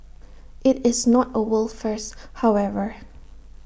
IT is not A world first however